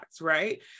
right